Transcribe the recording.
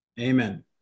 Amen